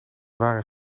waren